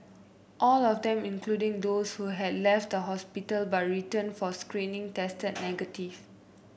all of them including those who had left the hospital but returned for screening tested negative